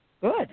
Good